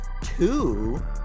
two